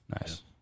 nice